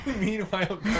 Meanwhile